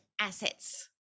assets